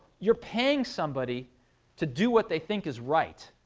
you're paying somebody to do what they think is right,